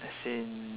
as in